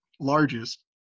largest